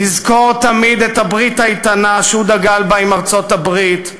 נזכור תמיד את הברית האיתנה שהוא דגל בה עם ארצות-הברית,